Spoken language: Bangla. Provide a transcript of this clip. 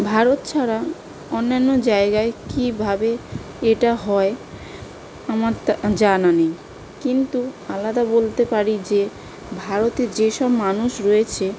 ভারত ছাড়া অন্যান্য জায়গায় কীভাবে এটা হয় আমার তা জানা নেই কিন্তু আলাদা বলতে পারি যে ভারতে যেসব মানুষ রয়েছে